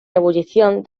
ebullición